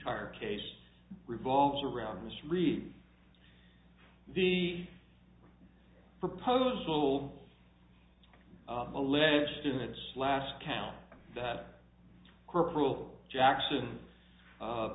entire case revolves around this read the proposal alleged in its last count that corporal jackson